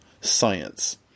science